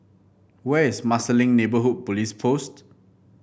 where is Marsiling Neighbourhood Police Post